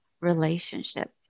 relationship